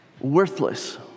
worthless